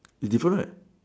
is different right